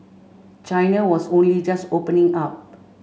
China was only just opening up